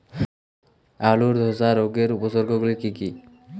আলুর ধসা রোগের উপসর্গগুলি কি কি?